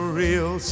real